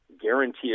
guarantee